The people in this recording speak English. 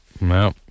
No